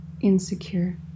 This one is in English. insecure